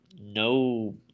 no